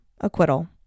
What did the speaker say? acquittal